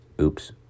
Oops